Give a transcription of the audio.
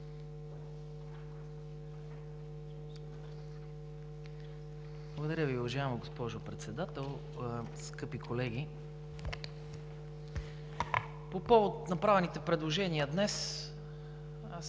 Благодаря Ви, уважаема госпожо Председател. Скъпи колеги, по повод направените предложения днес, аз